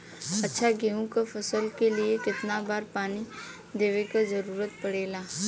अच्छा गेहूँ क फसल के लिए कितना बार पानी देवे क जरूरत पड़ेला?